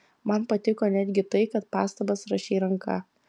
man patiko netgi tai kad pastabas rašei ranka